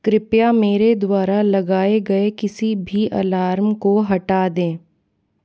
कृपया मेरे द्वारा लगाये गए किसी भी अलार्म को हटा दें